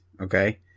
Okay